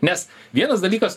nes vienas dalykas